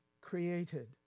created